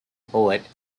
poet